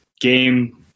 game